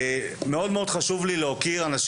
אני יכול להיות נביא גם לשנה הבאה ולדבר על הליגות הנמוכות,